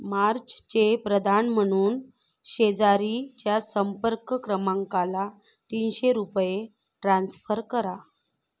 मार्चचे प्रदान म्हणून शेजारीच्या संपर्क क्रमांकाला तीनशे रुपये ट्रान्सफर करा